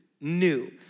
new